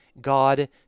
God